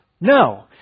No